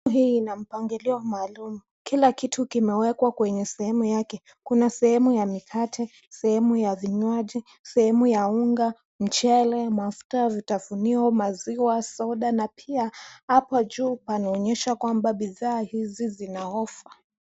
Hii ina mpangilia maalum, kila kitu kimewekwa kwenye sehemu yake, kuna sehemu ya mikate, sehemu ya vinywaji, sehemu ya unga, mchele, mafuta, vitafunio, maziwa, soda na pia hapo juu panaonyesha kwamba bidhaa hizi zinaofa.